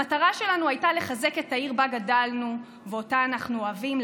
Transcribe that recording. המטרה שלנו הייתה לחזק את העיר שבה גדלנו ואותה אנחנו אוהבים,